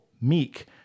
meek